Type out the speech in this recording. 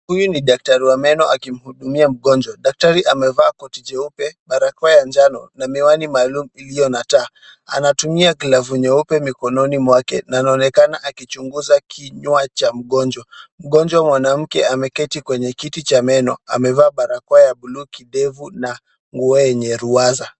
Huyu ni daktari wa meno akimhudumia mgonjwa. Daktari amevaa koti njeupe, barakoa ya njano na miwani maalumu iliyo na taa. Anatumia glavu nyeupe mikononi mwake na anaonekana akichunguza kinywa cha mgonjwa. Mgonjwa wa mwanamke ameketi kwenye kiti cha meno. Amevaa barakoa ya buluu kidevu na nguo yenye ruwaza.